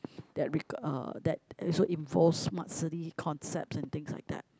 that rega~ uh that also involves smart city concepts and things like that